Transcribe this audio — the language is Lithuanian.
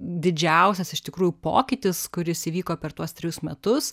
didžiausias iš tikrųjų pokytis kuris įvyko per tuos trejus metus